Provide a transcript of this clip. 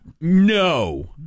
No